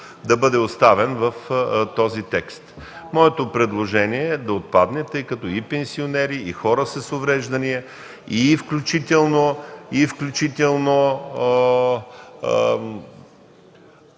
да бъде оставен. Моето предложение е да отпадне, тъй като и пенсионери, и хора с увреждания, включително